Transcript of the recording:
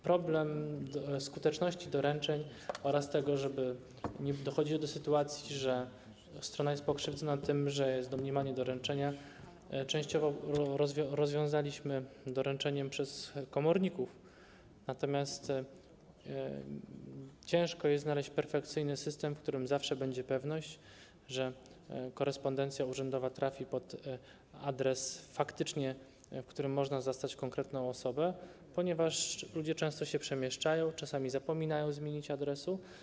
Problem skuteczności doręczeń oraz tego, żeby nie dochodziło do sytuacji, że strona jest pokrzywdzona tym, że jest domniemanie doręczenia, częściowo rozwiązaliśmy doręczeniem przez komorników, natomiast trudno jest znaleźć perfekcyjny system, w którym zawsze będzie pewność, że korespondencja urzędowa faktycznie trafi pod adres, pod którym można zastać konkretną osobę, ponieważ ludzie często się przemieszczają, czasami zapominają zmienić adres.